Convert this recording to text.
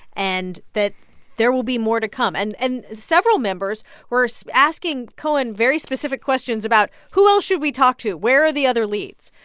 and that there will be more to come. and and several members were so asking cohen very specific questions about, who else should we talk to, where are the other leads?